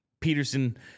Peterson